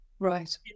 Right